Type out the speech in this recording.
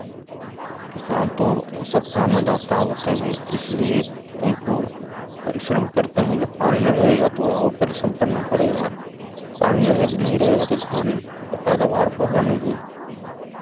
किसान तो सबका अन्नदाता होते हैं इसलिए उनको परिश्रम करते हैं तो पानी रहेगा तो और परिश्रम करना पड़ेगा पानी रहे नहीं रहेगा तो धान का पैदावार होगा नहीं